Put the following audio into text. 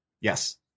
Yes